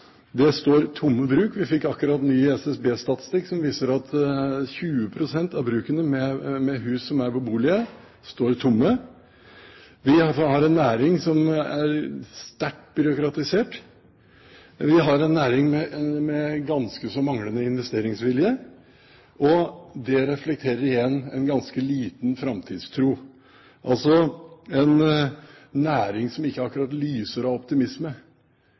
Bruk står tomme. Vi fikk akkurat en ny SSB-statistikk som viser at 20 pst. av brukene med hus som er beboelige, står tomme. Vi har en næring som er sterkt byråkratisert. Vi har en næring med ganske manglende investeringsvilje, og det reflekterer igjen en ganske liten framtidstro – altså en næring som ikke akkurat lyser av optimisme.